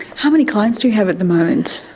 how many clients do you have at the moment?